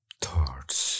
thoughts